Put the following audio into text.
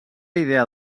idea